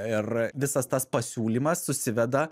ir visas tas pasiūlymas susiveda